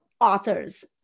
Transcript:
authors